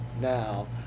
now